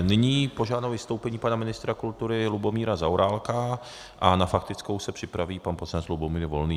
Nyní požádám o vystoupení pana ministra kultury Lubomíra Zaorálka, na faktickou se připraví pan poslanec Lubomír Volný.